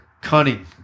cunning